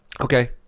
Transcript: okay